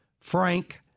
Frank